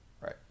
right